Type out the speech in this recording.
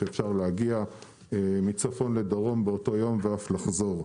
שאפשר להגיע מצפון לדרום באותו יום ואף לחזור.